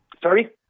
sorry